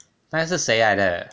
但是是谁来的